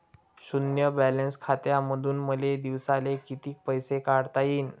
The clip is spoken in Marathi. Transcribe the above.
शुन्य बॅलन्स खात्यामंधून मले दिवसाले कितीक पैसे काढता येईन?